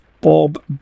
Bob